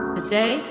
Today